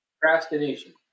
procrastination